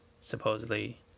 supposedly